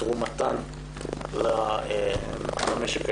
ותרומתן למשק הישראלי.